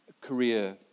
career